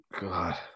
God